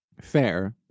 Fair